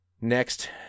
next